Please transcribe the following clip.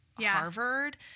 Harvard